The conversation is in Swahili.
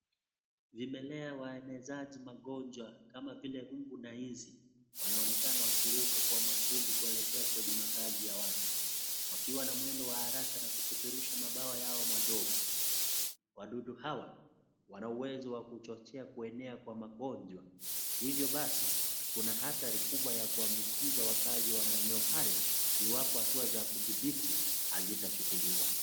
Vimelea waenezaji magonjwa kama vile mbu na inzi. Wanaonekana wakiruka kwa makundi kuelekea kwenye makazi ya watu. Wakiwa na mwendo wa haraka na kupeperusha mabawa yao madogo. Wadudu hawa wanauwezo wa kuchochea kuenea kwa magonjwa. Hivyo basi, kuna hatari kubwa ya kuambukiza wakaazi wa eneo hayo, iwapo hatua za kudhibiti hazitachukuluwa.